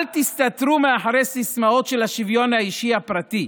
"אל תסתתרו מאחורי סיסמאות של השוויון האישי הפרטי,